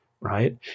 right